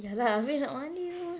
ya lah abeh nak mandi semua